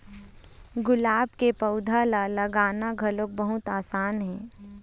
गुलाब के पउधा ल लगाना घलोक बहुत असान हे